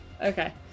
Okay